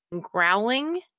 growling